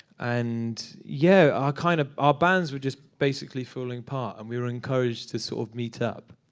and yeah, our kind of ah bands were just basically falling apart, and we were encouraged to sort of meet up.